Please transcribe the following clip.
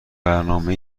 برنامه